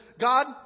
God